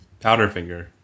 Powderfinger